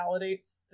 validates